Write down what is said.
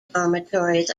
dormitories